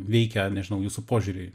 veikia nežinau jūsų požiūrį